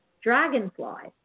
dragonflies